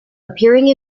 appearing